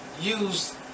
use